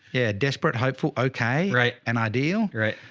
yeah. desperate. hopeful. okay. right. and ideal, right?